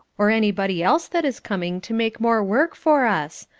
or anybody else that is coming to make more work for us.